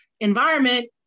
environment